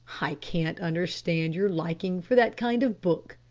i can't understand your liking for that kind of book,